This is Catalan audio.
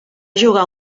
jugar